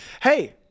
hey